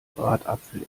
bratapfel